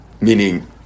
Meaning